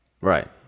Right